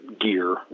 gear